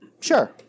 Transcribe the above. Sure